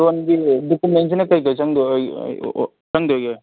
ꯂꯣꯟꯒꯤ ꯗꯣꯀꯨꯃꯦꯟꯁꯤꯅ ꯀꯩꯀꯩ ꯆꯪꯗꯣꯏꯒꯦ